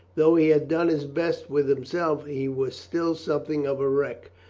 though he had done his best with him self, he was still something of a wreck.